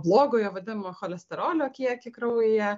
blogojo vadimo cholesterolio kiekį kraujyje